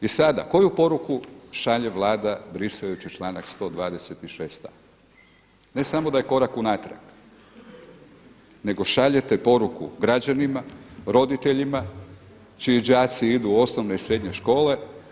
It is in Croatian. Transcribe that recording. I sada koju poruku šalje Vlada brisajući članak 126a. Ne samo da je korak unatrag, nego šaljete poruku građanima, roditeljima čiji đaci idu u osnovne i srednje škole.